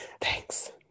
Thanks